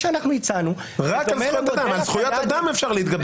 ואני חושב שאפשר לראות רק מה שאירע בשבוע האחרון.